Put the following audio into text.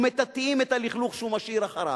ומטאטאים את הלכלוך שהוא משאיר אחריו.